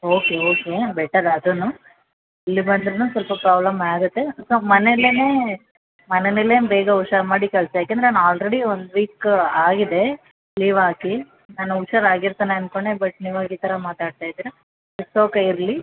okay okay better ಅದೂನು ಇಲ್ಲಿ ಬಂದ್ರೂನು ಸ್ವಲ್ಪ ಪ್ರಾಬ್ಲಮ್ ಆಗುತ್ತೆ ಅಥವಾ ಮನೆಲ್ಲೇ ಮನೆಲ್ಲೆನೆ ಬೇಗ ಹುಷಾರು ಮಾಡಿ ಕಳಿಸಿ ಯಾಕೆಂದರೆ ನಾ ಆಲ್ರಡಿ ಒಂದು ವಿಕ್ ಆಗಿದೆ ಲೀವ್ ಹಾಕಿ ನಾನು ಹುಷಾರು ಆಗಿರ್ತಾನೆ ಅಂದ್ಕೊಂಡೆ ಬಟ್ ನೀವಾಗಿ ಈ ಥರ ಮಾತಾಡ್ತಾಯಿದ್ದೀರ ಇಟ್ಸ್ ಓಕೆ ಇರಲಿ